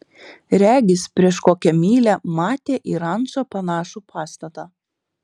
regis prieš kokią mylią matė į rančą panašų pastatą